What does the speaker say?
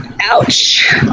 Ouch